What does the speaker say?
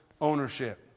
ownership